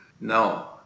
No